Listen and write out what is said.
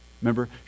Remember